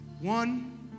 One